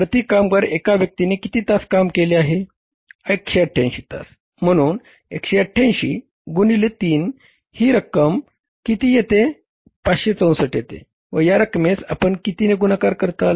प्रति कामगार एका व्यक्तीने किती तासकाम केले आहे 188 तास म्हणून 188 गुणिले 3 हि रक्कम किती येते 564 येते व या रक्कमेस आपण कितीने गुणाकार करताल